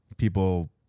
people